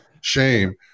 Shame